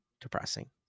depressing